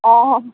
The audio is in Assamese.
অঁ